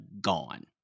gone